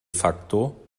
facto